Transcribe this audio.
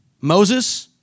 Moses